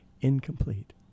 incomplete